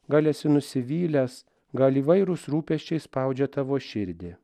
gal esi nusivylęs gal įvairūs rūpesčiai spaudžia tavo širdį